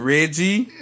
Reggie